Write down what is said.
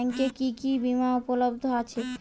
ব্যাংকে কি কি বিমা উপলব্ধ আছে?